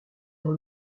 dans